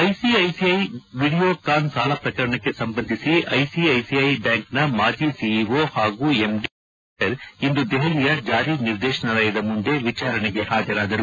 ICICI Videocon ಸಾಲ ಪ್ರಕರಣಕ್ಕೆ ಸಂಬಂಧಿಸಿ ಐಸಿಐಸಿಐ ಬ್ಯಾಂಕ್ನ ಮಾಜಿ ಸಿಇಒ ಹಾಗೂ ಎಂಡಿ ಚಂದ ಕೊಚ್ಚರ್ ಇಂದು ದೆಹಲಿಯ ಜಾರಿ ನಿರ್ದೇಶನಾಲಯದ ಮುಂದೆ ವಿಚಾರಣೆಗೆ ಹಾಜರಾದರು